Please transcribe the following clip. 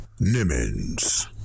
Nimmons